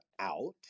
out